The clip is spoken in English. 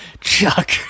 Chuck